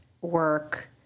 work